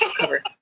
cover